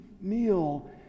meal